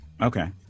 Okay